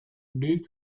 duke